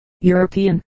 European